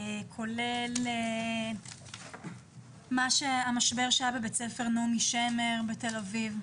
כולל המשבר שהיה בבית ספר נעמי שמר בתל אביב,